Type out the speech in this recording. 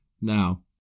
Now